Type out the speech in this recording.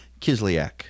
Kislyak